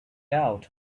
out